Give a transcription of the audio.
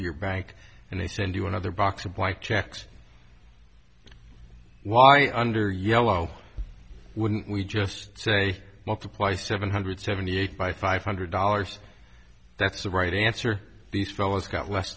to your bank and they send you another box of white checks why under yellow wouldn't we just say multiply seven hundred seventy eight by five hundred dollars that's the right answer these fellas got less